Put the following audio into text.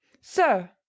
Sir